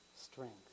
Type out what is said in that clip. strength